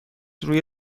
روی